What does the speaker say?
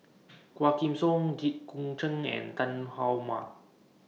Quah Kim Song Jit Koon Ch'ng and Tan How